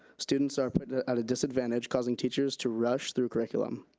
students are put at a disadvantage causing teachers to rush through curriculum.